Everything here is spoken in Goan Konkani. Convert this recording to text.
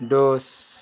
दोस